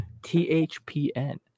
THPN